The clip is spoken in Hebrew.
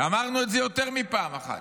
אמרנו את זה יותר מפעם אחת: